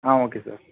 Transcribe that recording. ah okay sir